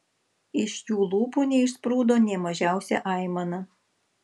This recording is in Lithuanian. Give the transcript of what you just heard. iš jų lūpų neišsprūdo nė mažiausia aimana